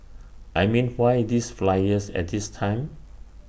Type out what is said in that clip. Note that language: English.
I mean why these flyers at this time